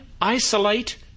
isolate